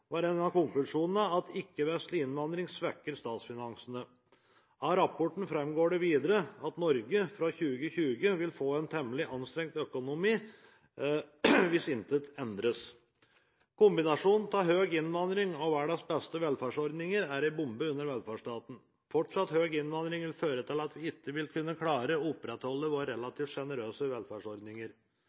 var en av konklusjonene at ikke-vestlig innvandring svekker statsfinansene. Av rapporten framgår det videre at Norge fra 2020 vil få en temmelig anstrengt økonomi hvis intet endres. Kombinasjonen av høy innvandring og verdens beste velferdsordninger er en bombe under velferdsstaten. Fortsatt høy innvandring vil føre til at vi ikke vil kunne klare å opprettholde våre relativt generøse velferdsordninger.